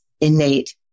innate